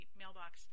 mailbox